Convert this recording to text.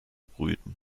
brüten